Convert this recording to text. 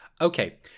Okay